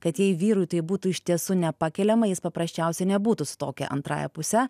kad jei vyrui tai būtų iš tiesų nepakeliama jis paprasčiausiai nebūtų su tokia antrąja puse